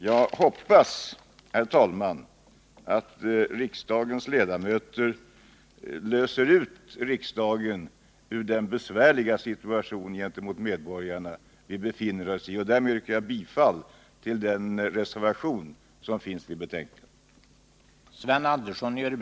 Jag hoppas, herr talman, att riksdagens ledamöter löser ut riksdagen ur den besvärliga situation gentemot medborgarna som den befinner sig i. Därmed yrkar jag bifall till den reservation som är fogad till betänkandet.